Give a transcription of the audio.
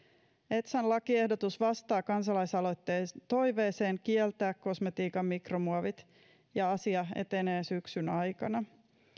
echan lakiehdotus vastaa kansalaisaloitteen toiveeseen kieltää kosmetiikan mikromuovit ja asia etenee syksyn aikana